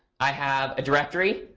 i have a directory.